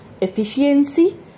efficiency